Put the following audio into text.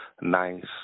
nice